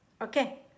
okay